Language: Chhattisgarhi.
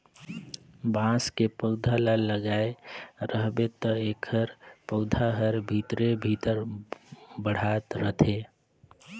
बांस के पउधा ल लगाए रहबे त एखर पउधा हर भीतरे भीतर बढ़ात रथे